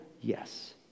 Yes